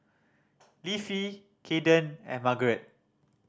Leafy Caiden and Margeret